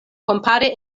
kompare